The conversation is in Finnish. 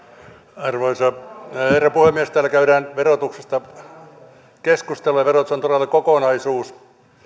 arvoisa herra puhemies täällä käydään verotuksesta keskustelua verotus on todella kokonaisuus